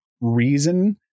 reason